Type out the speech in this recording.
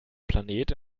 planet